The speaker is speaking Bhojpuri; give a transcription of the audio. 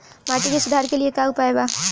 माटी के सुधार के लिए का उपाय बा?